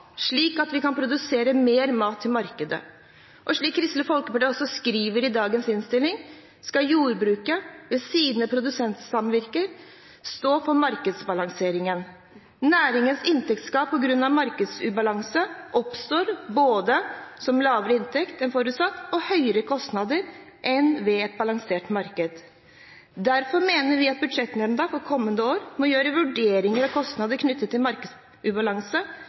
slik at vi kan produsere mer mat til markedet. Og slik Kristelig Folkeparti også skriver i dagens innstilling, skal jordbruket ved sine produsentsamvirker stå for markedsbalanseringen. Næringens inntektstap på grunn av markedsubalanse oppstår som både lavere inntekter enn forutsatt og høyere kostnader enn ved et balansert marked. Derfor mener vi at Budsjettnemnda for kommende år må gjøre vurderinger av kostnader knyttet til markedsubalanse